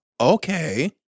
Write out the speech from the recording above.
okay